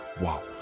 Wow